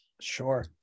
sure